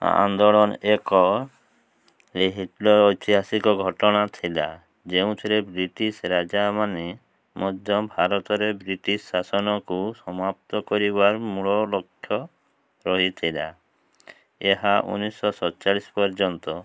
ଆନ୍ଦୋଳନ ଏକ ଐତିହାସିକ ଘଟଣା ଥିଲା ଯେଉଁଥିରେ ବ୍ରିଟିଶ ରାଜାମାନେ ମଧ୍ୟ ଭାରତରେ ବ୍ରିଟିଶ ଶାସନକୁ ସମାପ୍ତ କରିବାର ମୂଳ ଲକ୍ଷ୍ୟ ରହିଥିଲା ଏହା ଉଣେଇଶିଶହ ସତଚାଳିଶ ପର୍ଯ୍ୟନ୍ତ